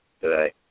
today